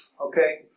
Okay